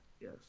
Yes